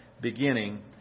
beginning